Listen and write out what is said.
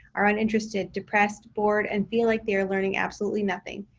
are uninterested, depressed, bored and feel like they're learning absolutely nothing.